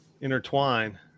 intertwine